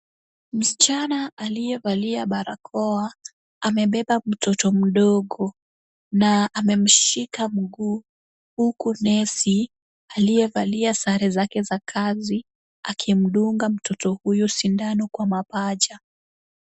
Msichana aliyevalia barakoa, amebeba mtoto mdogo, na amemshika mguu, huku nesi aliyevalia sare zake za kazi, akimdunga mtoto huyu sindano kwa mapaja.